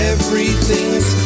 Everything's